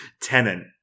Tenant